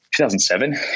2007